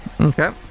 Okay